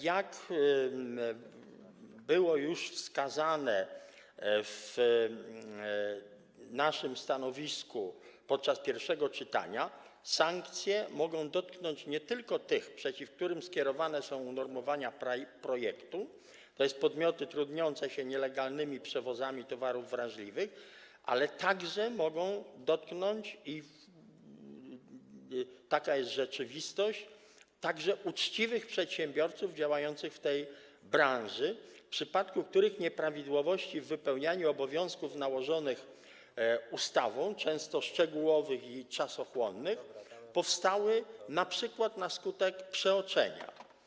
Jak było już wskazane w naszym stanowisku podczas pierwszego czytania, sankcje nie tylko mogą dotknąć tych, przeciw którym skierowane są unormowania projektu, tj. podmioty trudniące się nielegalnymi przewozami towarów wrażliwych, ale także mogą dotknąć, i taka jest rzeczywistość, uczciwych przedsiębiorców działających w tej branży, w przypadku których nieprawidłowości w wypełnianiu obowiązków nałożonych ustawą, często szczegółowych i czasochłonnych, powstały np. na skutek przeoczenia.